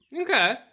Okay